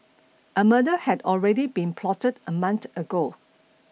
a murder had already been plotted a month ago